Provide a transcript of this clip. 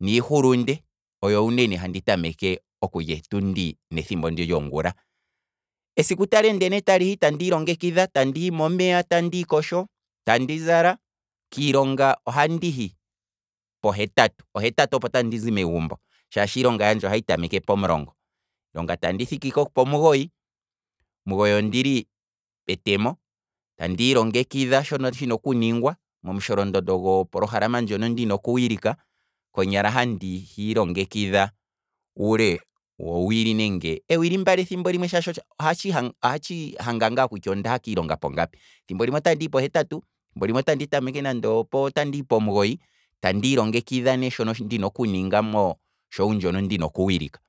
Niihulunde oyo uuunene handi tameke okulya otundi nethimbo ndi lyongula, esiku tali ende ne tali hi, andi ilongekidha, tandi hi momeya tandi ikosho, tandi zala, kiilonga ohandi hi pohetatu, ohetatu opo tandizi megumbo shaashi iilongab yandje ohayi tameke pomulongo, kiilonga tandi thikiko pomugoyi, omugoyi ondili metemo, tandi ilongekidha shono ndina okuninga, momusholondondo gopolohalama ndjono ndina okuwilika, konyala handi ilongekidha uule wo wili nenge uule wee wili mbali shaashi ethimbo limwe oha- ohatshi ha- ohatshi adha ngaa kutya ondaha kiilonga pongapi, thimbo limwe andihi pohetatu thimbo limwe ota- otandi hi nande opomugoyi, tandi ilongekidha shono ndina okuninga mo show ndjono ndina oku wilika,